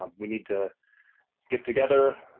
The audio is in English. um we need to get together.